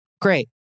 great